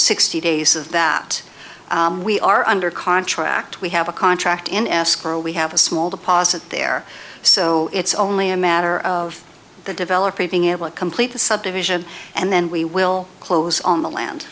sixty days of that we are under contract we have a contract in escrow we have a small deposit there so it's only a matter of the developer being able to complete the subdivision and then we will close on the land